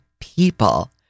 people